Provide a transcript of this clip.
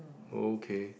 okay